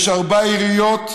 יש ארבע עיריות,